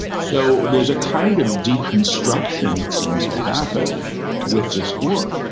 so there's a kind of deconstruction that seems to happen with this work.